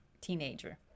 teenager